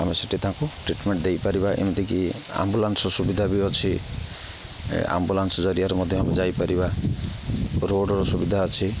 ଆମେ ସେଠି ତାଙ୍କୁ ଟ୍ରିଟମେଣ୍ଟ ଦେଇପାରିବା ଏମିତିକି ଆମ୍ବୁଲାନ୍ସ ସୁବିଧା ବି ଅଛି ଆମ୍ବୁଲାନ୍ସ ଜରିଆରେ ମଧ୍ୟ ଆମେ ଯାଇପାରିବା ରୋଡ଼ର ସୁବିଧା ଅଛି